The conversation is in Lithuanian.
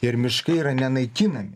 ir miškai yra nenaikinami